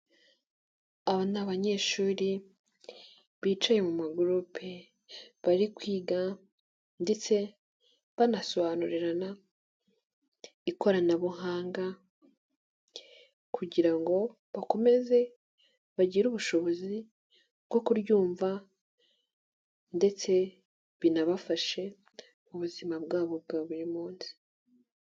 Aba ni abanyeshuri bicaye mu magurupe bari kwiga ndetse banasobanurirana ikoranabuhanga kugira ngo bakomeze bagire ubushobozi bwo kuryumva ndetse binabafashe mu buzima bwabo bwa buri munsi.